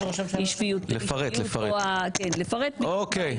לפרט, כן, מה הסיבה ל --- אוקיי.